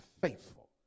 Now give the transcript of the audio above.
faithful